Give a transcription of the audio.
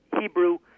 Hebrew